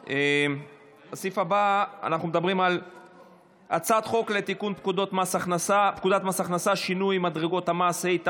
הצעת חוק לתיקון פקודת מס הכנסה (שינוי מדרגות המס),